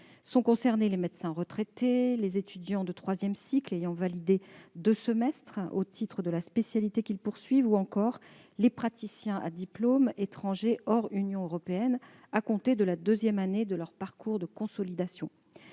de décès- médecins retraités, étudiants de troisième cycle ayant validé deux semestres au titre de la spécialité qu'ils poursuivent, praticiens à diplôme étranger hors Union européenne, à compter de la deuxième année de leur parcours de consolidation.